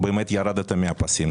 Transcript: באמת ירדתם מהפסים.